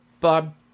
Bob